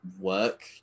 work